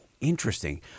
interesting